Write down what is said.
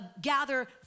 gather